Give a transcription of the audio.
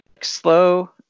slow